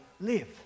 live